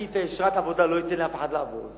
אני אשרת עבודה, לא אתן לאף אחד לעבוד.